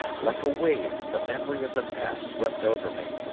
like a wave, the memory of the past swept over me,